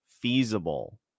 feasible